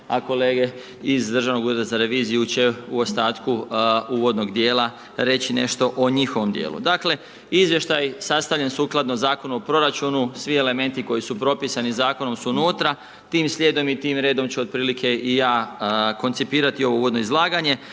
a kolege iz Državnog ureda za reviziju će u ostatku uvodnog dijela, reći nešto o njihovom dijelu. Dakle, izvještaj sastavljen sukladno Zakonu o proračunu, svi elementi koji su propisani, zakonom su unutra. Tim slijedom i tim redom ću otprilike i ja koncipirati ovo uvodno izlaganjem.